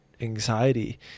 anxiety